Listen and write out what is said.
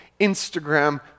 Instagram